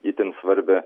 itin svarbią